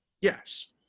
Yes